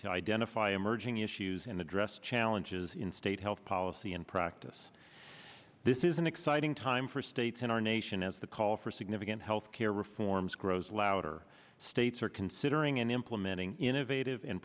to identify emerging issues and addressed challenges in state health policy and practice this is an exciting time for states in our nation as the call for significant health care reforms grows louder states are considering and implementing innovative